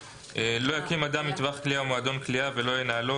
7.לא יקים אדם מטווח קליעה או מועדון קליעה ולא ינהלו,